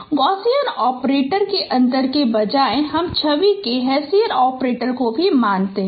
Gaussian operator के अंतर के बजाय हम छवि के हेसियन ऑपरेटर को ही मानते हैं